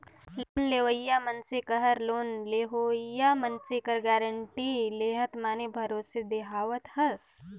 loan लेवइया मइनसे कहर लोन लेहोइया मइनसे कर गारंटी लेहत माने भरोसा देहावत हस